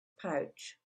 pouch